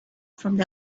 from